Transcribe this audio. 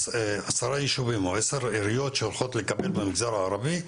עשרה ישובים או עשר עיריות שהולכות לקבל במגזר הערבי,